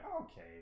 okay